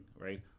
right